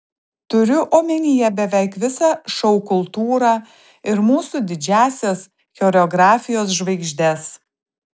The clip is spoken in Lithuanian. turiu omenyje beveik visą šou kultūrą ir mūsų didžiąsias choreografijos žvaigždes